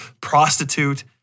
prostitute